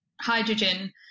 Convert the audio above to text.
hydrogen